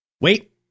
wait